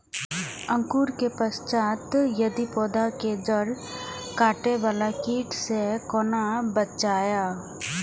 अंकुरण के पश्चात यदि पोधा के जैड़ काटे बाला कीट से कोना बचाया?